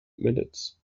minutes